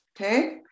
Okay